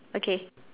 okay